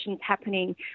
happening